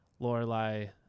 Lorelai